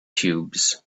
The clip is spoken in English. cubes